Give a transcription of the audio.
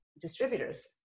distributors